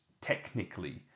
technically